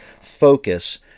focus